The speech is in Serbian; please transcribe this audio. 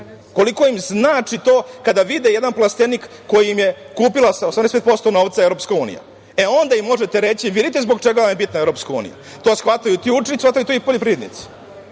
koliko im to znači kada vide jedan plastenik koji im je kupila sa 80% novca EU. Onda im možete reći, vidite zbog čega vam je bitna EU. To shvataju ti učenici, a shvataju to i poljoprivrednici. Ja